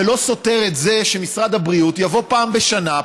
זה לא סותר את זה שמשרד הבריאות יבוא פעם בשנה,